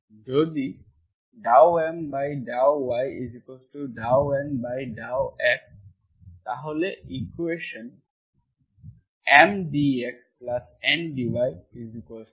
যদি ∂M∂y∂N∂x তাহলে equation M dxN dy0 একটি এক্সাক্ট ইকুয়েশন্